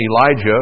Elijah